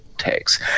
Takes